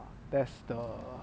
test the